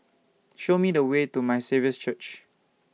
Show Me The Way to My Saviour's Church